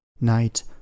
Night